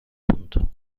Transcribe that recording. punto